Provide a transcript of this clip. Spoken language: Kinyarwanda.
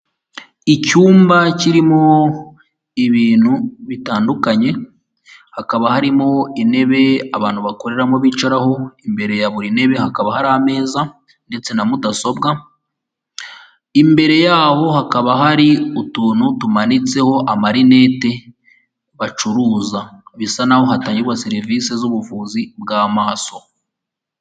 Icyumba kirimo ibintu bitandukanye hakaba harimo intebe ye abantu bakoreramo bicaraho imbere ya buri ntebe hakaba hari ameza ndetse na mudasobwa. Imbere yaho hakaba hari utuntu tumanitseho amarinete bacuruza bisa naho hatangirwa serivisi z'ubuvuzi bw'amaso.